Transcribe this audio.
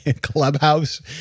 clubhouse